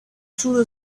through